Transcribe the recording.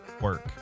work